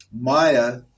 Maya